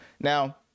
Now